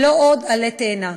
ולא עוד עלי תאנה.